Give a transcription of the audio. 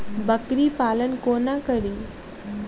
बकरी पालन कोना करि?